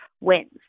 wins